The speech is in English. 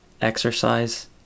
exercise